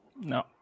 No